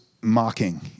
mocking